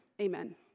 Amen